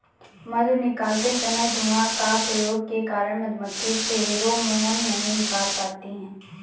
मधु निकालते समय धुआं का प्रयोग के कारण मधुमक्खी फेरोमोन नहीं निकाल पाती हैं